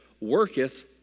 worketh